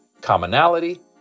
commonality